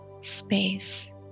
space